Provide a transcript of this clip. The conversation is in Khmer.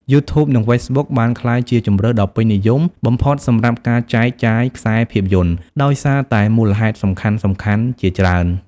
យូធូប និង ហ្វេសប៊ុក បានក្លាយជាជម្រើសដ៏ពេញនិយមបំផុតសម្រាប់ការចែកចាយខ្សែភាពយន្ត ដោយសារតែមូលហេតុសំខាន់ៗជាច្រើន។